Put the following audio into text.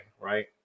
Right